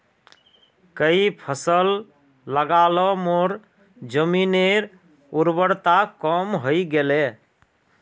कई फसल लगा ल मोर जमीनेर उर्वरता कम हई गेले